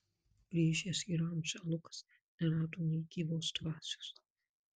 grįžęs į rančą lukas nerado nė gyvos dvasios